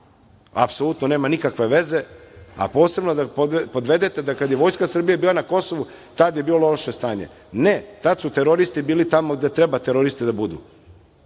rok. Apsolutno nema nikakve veze, a posebno da podvedete da kada je Vojska Srbije bila na Kosovu, tada je bilo loše stanje. Ne, tada su teroristi bili tamo gde teroristi treba teroristi da budu,